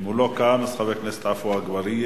אם הוא לא כאן, חבר הכנסת עפו אגבאריה,